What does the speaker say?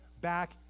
back